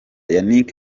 yannick